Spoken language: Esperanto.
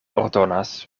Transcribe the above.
ordonas